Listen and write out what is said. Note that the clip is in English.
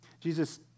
Jesus